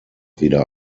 wieder